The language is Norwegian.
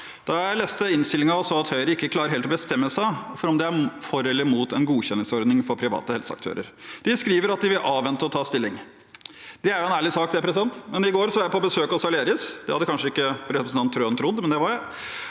jeg leste innstillingen og så at Høyre ikke helt klarer å bestemme seg for om de er for eller mot en godkjenningsordning for private helseaktører. De skriver at de vil avvente å ta stilling, og det er jo en ærlig sak. I går var jeg på besøk hos Aleris. Det hadde kanskje ikke representanten Trøen trodd, men det var jeg.